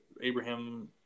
Abraham